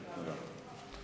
בהחלט.